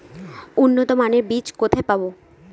উন্নতমানের বীজ কোথায় পাব?